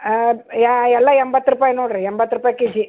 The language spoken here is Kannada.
ಹಾಂ ಯಾ ಎಲ್ಲ ಎಂಬತ್ತು ರೂಪಾಯಿ ನೋಡಿರಿ ಎಂಬತ್ತು ರೂಪಾಯಿ ಕೆ ಜಿ